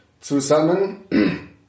zusammen